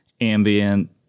ambient